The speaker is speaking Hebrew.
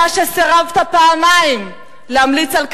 אתה שסירבת פעמיים להמליץ על קדימה,